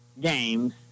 games